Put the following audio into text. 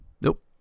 Nope